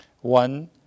One